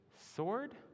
sword